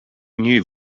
new